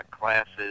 classes